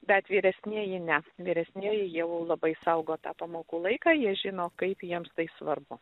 bet vyresnieji ne vyresnieji jau labai saugo tą pamokų laiką jie žino kaip jiems tai svarbu